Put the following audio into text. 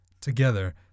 Together